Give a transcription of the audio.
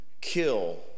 kill